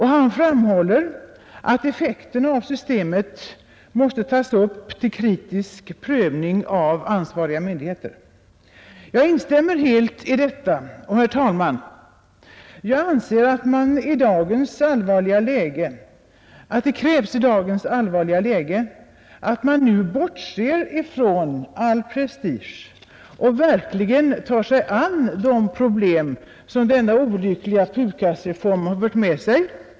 Han framhåller att effekterna av systemet måste tas upp till kritisk prövning av ansvariga myndigheter. Jag instämmer helt i detta och, herr talman, jag anser att det i dagens allvarliga läge krävs att man nu bortser från all prestige och verkligen tar sig an det problem som denna olyckliga PUKAS-reform har fört med sig.